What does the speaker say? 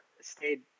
stayed